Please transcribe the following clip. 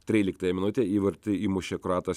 tryliktąją minutę įvartį įmušė kroatas